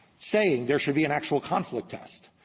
saying there should be an actual conflict test.